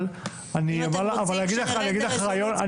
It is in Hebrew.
אבל אני אגיד לך רעיון --- אם אתם רוצים שנרד